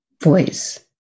voice